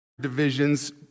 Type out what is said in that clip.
divisions